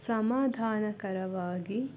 ಸಮಾಧಾನಕರವಾಗಿ